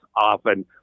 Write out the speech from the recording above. often